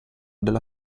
della